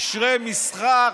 קשרי מסחר,